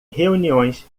reuniões